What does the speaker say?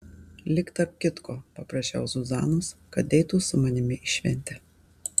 lyg tarp kitko paprašiau zuzanos kad eitų su manimi į šventę